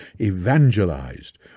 evangelized